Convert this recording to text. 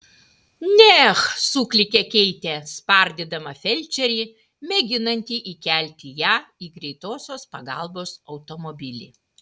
neh suklykė keitė spardydama felčerį mėginantį įkelti ją į greitosios pagalbos automobilį